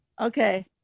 okay